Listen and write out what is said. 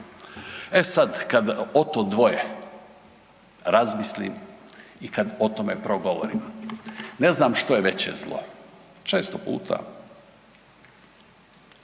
E sad, kad o to dvoje razmislim i kad o tome progovorim ne znam što je veće zlo. Često puta